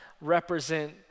represent